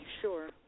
sure